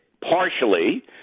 partially